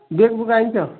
ବେଗ୍ବୁଗା ଆନିଛ